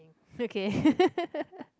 okay